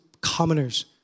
commoners